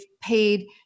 paid